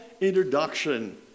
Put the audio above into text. introduction